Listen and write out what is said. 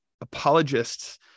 apologists